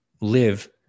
live